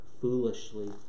foolishly